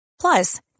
Plus